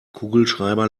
kugelschreiber